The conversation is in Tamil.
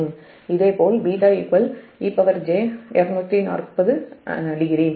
இதேபோல் β ej240 டிகிரி